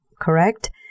correct